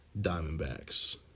Diamondbacks